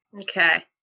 Okay